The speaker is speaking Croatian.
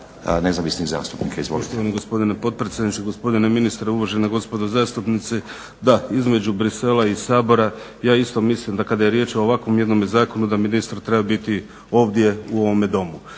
nezavisnih zastupnika. Izvolite.